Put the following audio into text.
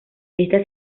esta